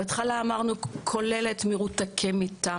בהתחלה כללנו את מרותקי המיטה,